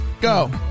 go